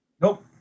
nope